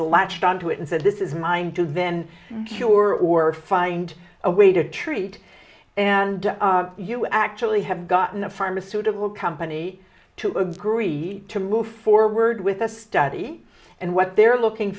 latched onto it and said this is mine to then cure or find a way to treat and you actually have gotten the pharmaceutical company to agree to move forward with a study and what they're looking